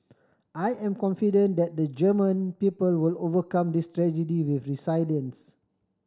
I am confident that the German people will overcome this tragedy with resilience